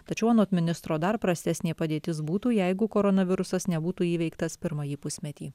tačiau anot ministro dar prastesnė padėtis būtų jeigu koronavirusas nebūtų įveiktas pirmąjį pusmetį